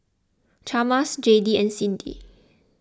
Chalmers Jayde and Cindy